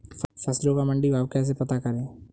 फसलों का मंडी भाव कैसे पता करें?